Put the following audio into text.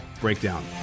Breakdown